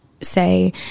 say